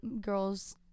girls